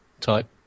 type